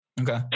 Okay